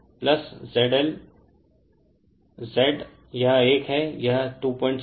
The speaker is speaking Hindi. फिर मैं यह प्राप्त करता हूं संदर्भसमय 3721 ZT को 8 733o एम्पीयर मिलेगा